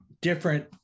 different